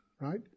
right